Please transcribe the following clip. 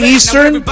Eastern